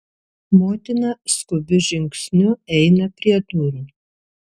motina skubiu žingsniu eina prie durų